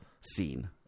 scene